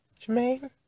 Jermaine